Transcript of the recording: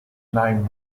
named